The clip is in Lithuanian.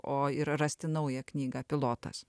o ir rasti naują knygą pilotas